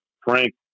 Frank